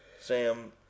Sam